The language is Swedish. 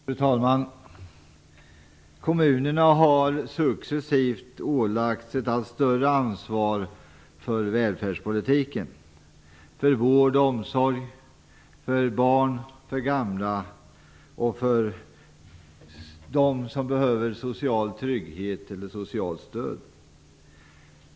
Fru talman! Kommunerna har successivt ålagts ett allt större ansvar för välfärdspolitiken, för vård och omsorg, för barn och gamla och för dem som behöver social trygghet eller socialt stöd.